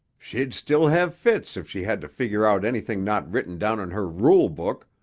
she'd still have fits if she had to figure out anything not written down in her rule book,